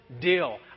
deal